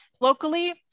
locally